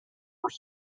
were